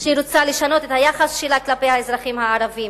שהיא רוצה לשנות את היחס שלה כלפי האזרחים הערבים,